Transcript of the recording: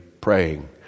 praying